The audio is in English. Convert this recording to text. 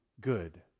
good